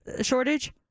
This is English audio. shortage